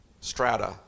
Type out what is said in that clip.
strata